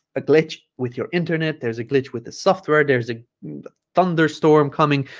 a glitch with your internet there's a glitch with the software there's a thunderstorm coming